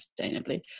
sustainably